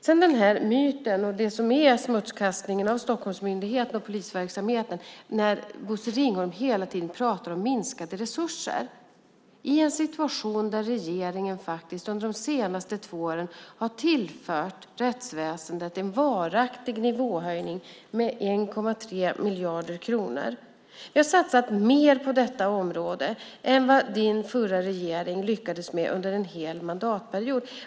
Det är en myt och en smutskastning av Stockholmsmyndigheten och polisverksamheten när Bosse Ringholm hela tiden pratar om minskade resurser, i en situation där regeringen under de senaste två åren faktiskt har tillfört rättsväsendet en varaktig nivåhöjning med 1,3 miljarder kronor. Vi har satsat mer på detta område än vad din förra regering lyckades med under en hel mandatperiod.